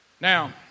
Now